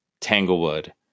tanglewood